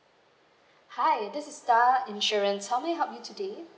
hi this is star insurance how may I help you today